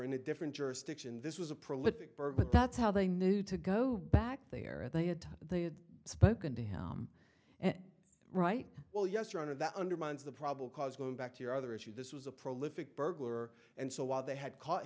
in a different jurisdiction this was a prolific bird but that's how they knew to go back there they had to they had spoken to him right well yes your honor that undermines the probable cause go back to your other issue this was a prolific burglar and so while they had caught